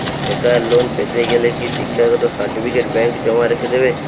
বেকার লোন পেতে গেলে কি শিক্ষাগত সার্টিফিকেট ব্যাঙ্ক জমা রেখে দেবে?